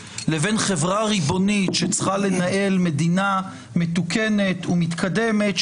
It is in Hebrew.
לבין חברה ריבונית שצריכה לנהל מדינה מתוקנת ומתקדמת,